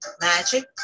Magic